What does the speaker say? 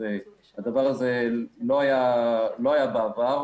הדבר הזה לא היה בעבר,